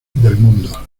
mundo